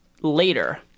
later